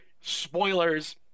Spoilers